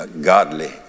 godly